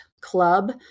club